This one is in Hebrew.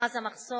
אז המחסום